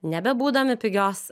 nebebūdami pigios